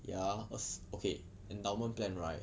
ya 二十 okay endowment plan right